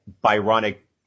Byronic